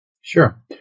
Sure